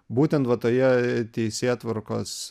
būtent va toje teisėtvarkos